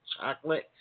chocolate